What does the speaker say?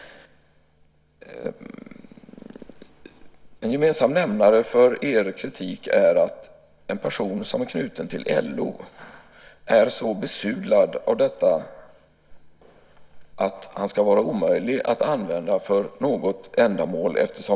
En gemensam nämnare för er kritik är att en person som är knuten till LO är så besudlad av detta att det ska vara omöjligt att använda honom för något ändamål.